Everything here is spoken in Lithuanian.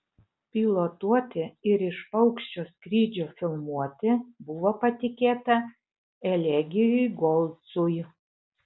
pilotuoti ir iš paukščio skrydžio filmuoti buvo patikėta elegijui golcui